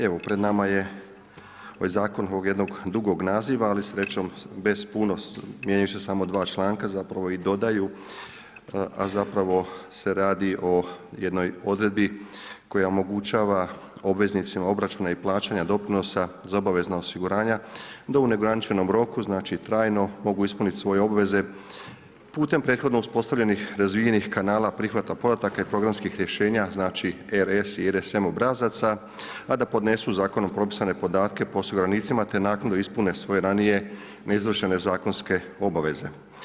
Evo pred nama je zakon ovog jednog dugog naziva, ali srećom bez puno, mijenjaju se samo dva članka zapravo i dodaju a zapravo se radi o jednoj odredbi koja omogućava obveznicima obračuna i plaćanja doprinosa za obavezna osiguranja da u neograničenom roku, znači trajno mogu ispuniti svoje obveze putem prethodno uspostavljenih razvijenih kanala prihvata podataka i programskih rješenja, znači RS i RSM obrazaca, a da podnesu zakonom propisane podatke po osiguranicima, te naknadno ispune svoje ranije neizvršene zakonske obaveze.